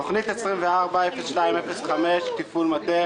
תוכנית 24-02-05: תפעול מטה